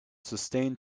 sustained